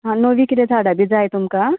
नवीं किदें झाडां बी जाय तुमकां